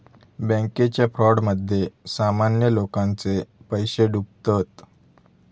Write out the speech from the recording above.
बॅन्केच्या फ्रॉडमध्ये सामान्य लोकांचे पैशे डुबतत